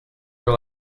were